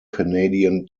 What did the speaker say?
canadian